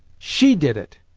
she did it!